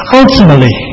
ultimately